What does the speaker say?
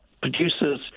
Producers